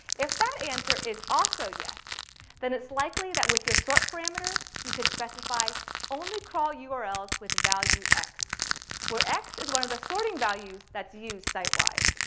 if that answer is also yes then it's likely that with your sort parameter you can specify only crawl urls with value x where x is one of the sorting values that's used site-wide.